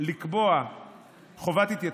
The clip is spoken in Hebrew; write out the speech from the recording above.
לקבוע חובת התייצבות,